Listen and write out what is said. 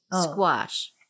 squash